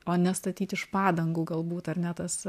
o ne statyt iš padangų galbūt ar ne tas